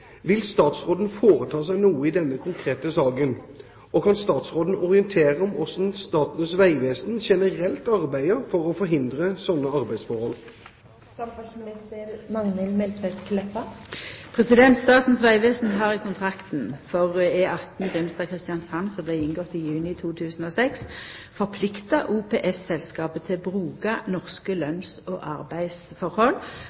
Vil statsråden foreta seg noe i denne konkrete saken, og kan statsråden orientere om hvordan Statens vegvesen generelt arbeider for å forhindre slike arbeidsforhold?» Statens vegvesen har i kontrakten for E18 Grimstad–Kristiansand, som vart inngått i juni 2006, forplikta OPS-selskapet til å bruka norske